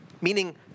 meaning